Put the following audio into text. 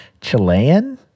Chilean